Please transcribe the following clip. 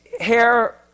hair